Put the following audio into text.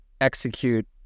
execute